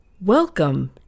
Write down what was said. Welcome